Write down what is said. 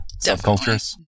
subcultures